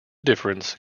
difference